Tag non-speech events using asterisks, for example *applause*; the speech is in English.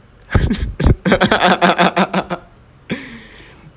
*laughs*